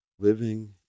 living